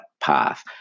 path